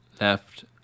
left